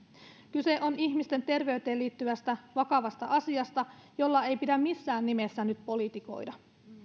kyse on ihmisten terveyteen liittyvästä vakavasta asiasta jolla ei pidä missään nimessä nyt politikoida